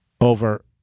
over